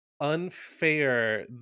unfair